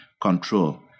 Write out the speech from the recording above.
control